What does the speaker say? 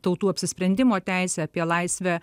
tautų apsisprendimo teisę apie laisvę